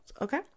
okay